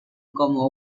como